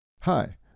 Hi